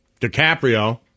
DiCaprio